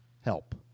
help